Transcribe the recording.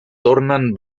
tornen